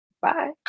bye